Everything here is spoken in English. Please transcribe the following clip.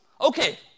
Okay